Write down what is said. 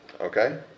Okay